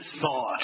thought